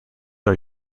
are